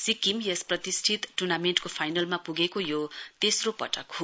सिक्विम यस प्रतिष्ठित टुर्नामेण्टको फाइनलमा पुगेको यो तेस्रो पटक हो